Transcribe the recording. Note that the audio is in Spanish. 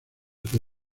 que